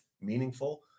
meaningful